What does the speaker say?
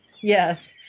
Yes